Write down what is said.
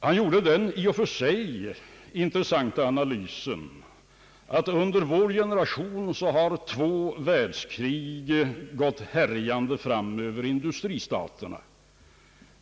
Han gjorde den i och för sig intressanta analysen att under vår generation har två världskrig gått härjande fram Över industristaterna.